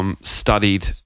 studied